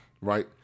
Right